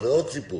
זה עוד סיפור.